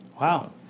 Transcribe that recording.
Wow